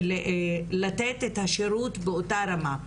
לתת את השרות באותה רמה.